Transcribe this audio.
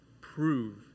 prove